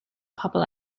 pobl